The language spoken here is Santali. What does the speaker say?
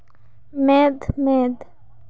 ᱢᱮᱸᱫ ᱢᱮᱸᱫ